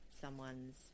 someone's